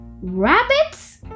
rabbits